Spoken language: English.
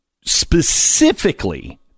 specifically